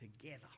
together